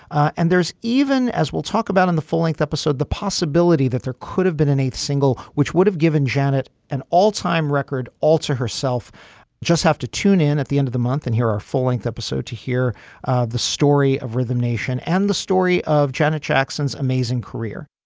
and there's even as we'll talk about in the full length episode the possibility that there could have been an eighth single which would have given janet an all time record. alter herself just have to tune in at the end of the month and hear our full length episode to hear the story of rhythm nation and the story of janet jackson's amazing career.